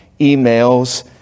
emails